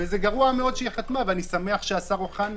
וגרוע מאוד שהיא חתמה, ואני שמח שהשר אוחנה